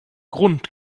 grund